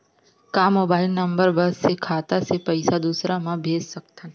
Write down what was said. का mobile number बस से खाता से पईसा दूसरा मा भेज सकथन?